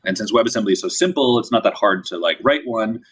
and since webassembly is so simple, it's not that hard to like write one,